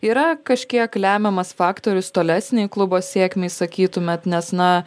yra kažkiek lemiamas faktorius tolesnei klubo sėkmei sakytumėt nes na